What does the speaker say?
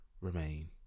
remain